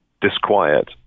disquiet